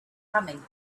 coming